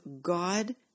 God